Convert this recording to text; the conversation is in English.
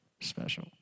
special